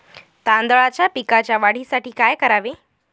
तांदळाच्या पिकाच्या वाढीसाठी काय करावे?